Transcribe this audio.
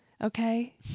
okay